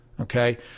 okay